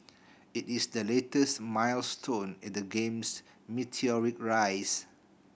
it is the latest milestone in the game's meteoric rise